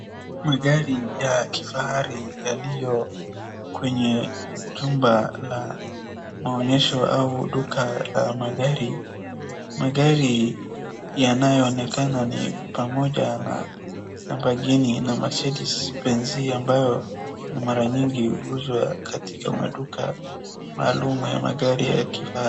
Magari ya kifahari yaliyo kwenye jumba la maonyesho au duka la magari. Magari yanayoonekana ni pamoja na Laborghini na Mercedes Benz ambayo mara nyingi huuzwa katika duka maalum ya magari ya kifahari.